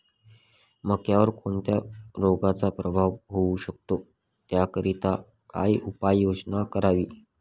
मक्यावर कोणत्या रोगाचा प्रादुर्भाव होऊ शकतो? त्याकरिता काय उपाययोजना करावी?